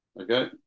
Okay